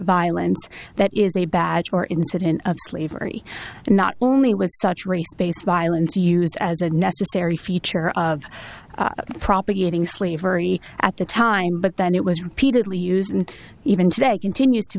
violence that is a badge or incident of slavery not only with such race based violence used as a necessary feature of propagating slavery at the time but then it was repeatedly used and even today continues to